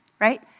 right